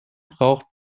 braucht